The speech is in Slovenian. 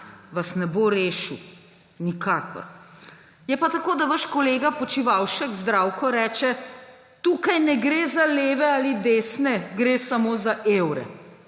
vas ne bo rešil. Nikakor. Je pa tako, da vaš kolega Počivalšek Zdravko reče, »tukaj ne gre za leve ali desne, gre samo za evre«.